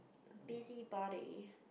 busybody